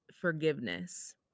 forgiveness